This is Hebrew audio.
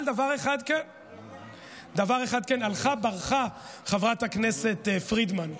אבל דבר אחד כן, הלכה, ברחה חברת הכנסת פרידמן.